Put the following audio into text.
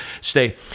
stay